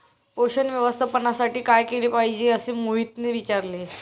पोषण व्यवस्थापनासाठी काय केले पाहिजे असे मोहितने विचारले?